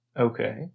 Okay